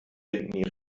binden